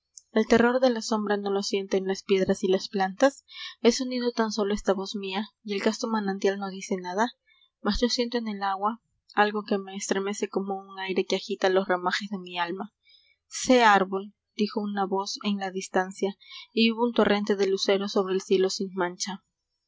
el terror de la sombra no lo sienten as piedras y las plantas es sonido tan solo esta voz mía el casto manantial no dice nada más yo siento en el agua g que me estremece como un aire que agita los ramajes de mi alma sé árbol y dijo una voz en la distancia hubo un torrente de luceros ubre el cielo sin mancha